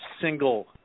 single